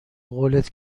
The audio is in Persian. قولت